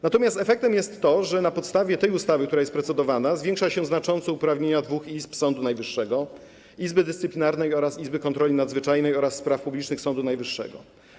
Natomiast efektem jest to, że na podstawie tej ustawy, która jest procedowana, zwiększa się znacząco uprawnienia dwóch izb Sądu Najwyższego: Izby Dyscyplinarnej oraz Izby Kontroli Nadzwyczajnej i Spraw Publicznych Sądu Najwyższego.